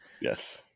Yes